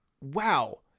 wow